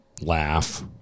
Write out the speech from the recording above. laugh